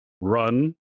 run